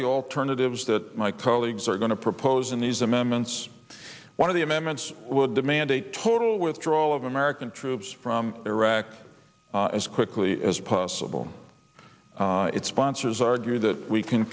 the alternatives that my colleagues are going to propose in these amendments one of the amendments would demand a total withdrawal of american troops from iraq as quickly as possible it sponsors argue that we can